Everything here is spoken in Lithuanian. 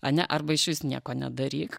ane arba išvis nieko nedaryk